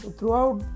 Throughout